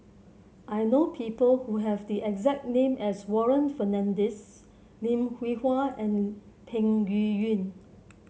I know people who have the exact name as Warren Fernandez Lim Hwee Hua and Peng Yuyun